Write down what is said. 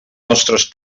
nostres